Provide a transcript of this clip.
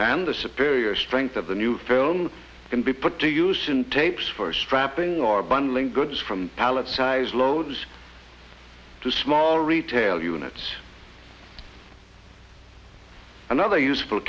and the superior strength of the new film can be put to use in tapes for strapping or bundling goods from pallet sized loads to small retail units another useful